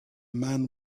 man